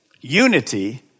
unity